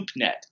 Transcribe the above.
LoopNet